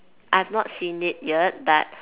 I have not seen it yet but